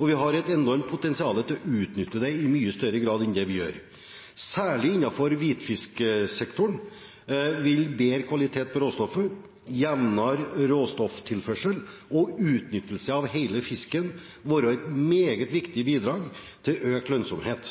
Vi har et enormt potensial til å utnytte det i mye større grad enn det vi gjør. Særlig innenfor hvitfisksektoren vil bedre kvalitet på råstoffet, jevnere råstofftilførsel og utnyttelse av hele fisken være et meget viktig bidrag til økt lønnsomhet.